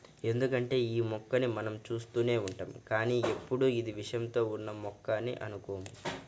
ఎందుకంటే యీ మొక్కని మనం చూస్తూనే ఉంటాం కానీ ఎప్పుడూ ఇది విషంతో ఉన్న మొక్క అని అనుకోము